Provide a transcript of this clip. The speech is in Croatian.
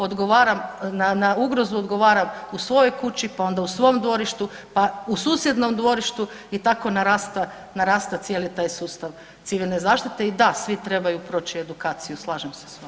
Odgovaram na ugrozu, odgovaram u svojoj kući pa onda u svom dvorištu pa u susjednom dvorištu i tako narasta cijeli taj sustav civilne zaštite i da svi trebaju proći edukaciju, slažem se s vama.